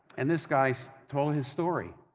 and this guy so told his story,